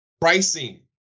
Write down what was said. pricing